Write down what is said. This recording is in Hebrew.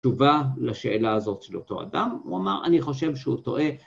תשובה לשאלה הזאת של אותו אדם, הוא אמר, אני חושב שהוא טועה.